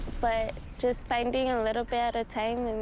but just finding a little bit at a time,